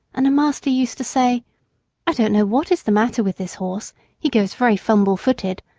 and the master used to say i don't know what is the matter with this horse he goes very fumble-footed.